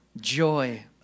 Joy